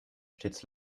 stets